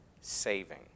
saving